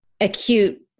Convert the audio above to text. acute